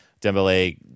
Dembele